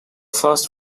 first